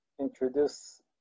introduce